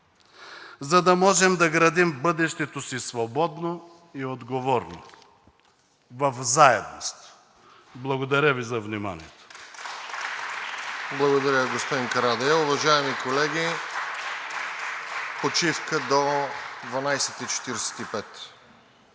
за да можем да градим бъдещето си свободно и отговорно – в заедност! Благодаря Ви за вниманието!